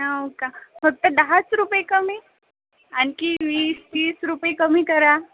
हो का फक्त दहाच रुपये कमी आणखी वीस तीस रुपये कमी करा